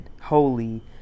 holy